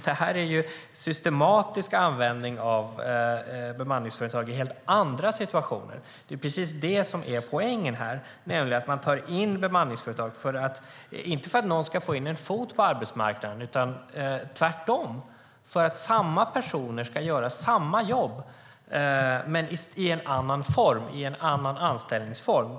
Men här är det fråga om systematisk användning av bemanningsföretag i helt andra situationer. Det är poängen här. Bemanningsföretag anlitas inte för att någon ska få in en fot på arbetsmarknaden utan tvärtom för att samma personer ska göra samma jobb men i en annan anställningsform.